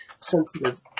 sensitive